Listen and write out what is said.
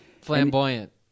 Flamboyant